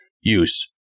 use